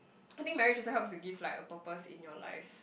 I think marriage also helps to give like a purpose in your life